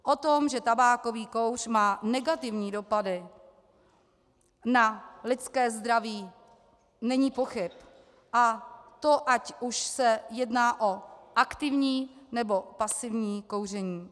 O tom, že tabákový kouř má negativní dopady na lidské zdraví, není pochyb, a to ať už se jedná o aktivní, nebo pasivní kouření.